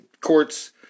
courts